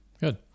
good